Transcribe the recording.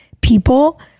people